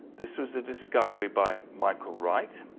this was a discovery by michael wright.